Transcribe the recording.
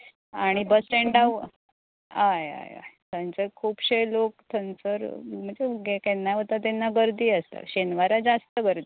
आनी बस स्टँडा हय हय हय तांचें खुबशे लोक थंयसर केन्नाय वता तेन्ना गर्दी आसता शेनवारा जाश्त गर्दी